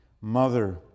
Mother